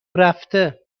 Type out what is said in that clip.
رفته